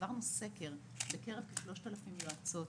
העברנו סקר בקרב 3,000 יועצות.